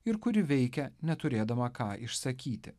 ir kuri veikia neturėdama ką išsakyti